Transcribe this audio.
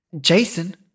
Jason